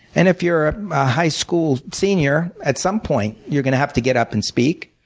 and if you're a high school senior, at some point you're going to have to get up and speak,